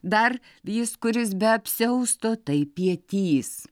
dar jis kuris be apsiausto taip pietys